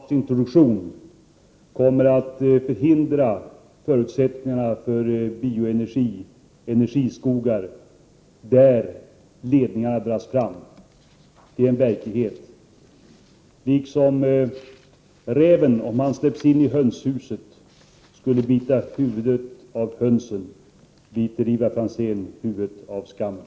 Herr talman! En omfattande naturgasintroduktion kommer att minska förutsättningarna för bioenergi och energiskogar, där ledningarna dras fram. Det är en verklighet. Liksom räven, om han släpps in i hönshuset, skulle bita huvudet av hönsen, biter Ivar Franzén huvudet av skammen.